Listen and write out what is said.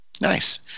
Nice